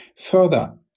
Further